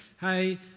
Hey